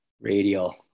Radial